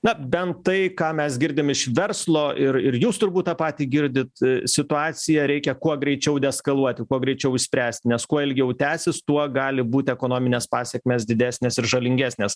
na bent tai ką mes girdim iš verslo ir ir jūs turbūt tą patį girdit situaciją reikia kuo greičiau deeskaluoti kuo greičiau išspręsti nes kuo ilgiau tęsis tuo gali būti ekonominės pasekmės didesnės ir žalingesnės